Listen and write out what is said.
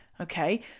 Okay